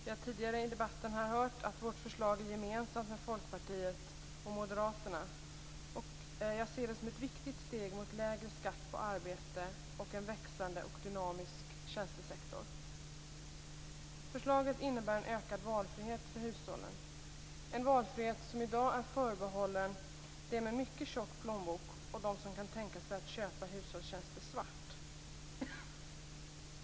Vi har tidigare i debatten här hört att vi har förslaget gemensamt med Folkpartiet och Moderaterna, och jag ser det som ett viktigt steg mot lägre skatt på arbete och en växande och dynamisk tjänstesektor. Förslaget innebär en ökad valfrihet för hushållen - en valfrihet som i dag är förbehållen dem med mycket tjock plånbok och dem som kan tänka sig att köpa dessa tjänster svart.